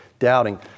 Doubting